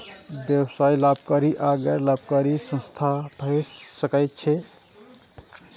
व्यवसाय लाभकारी आ गैर लाभकारी संस्था भए सकै छै